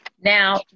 now